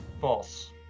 false